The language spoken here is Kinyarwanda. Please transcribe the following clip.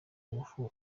ngufu